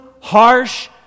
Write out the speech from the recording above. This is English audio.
harsh